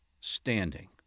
standing